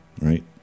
right